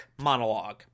monologue